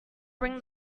bring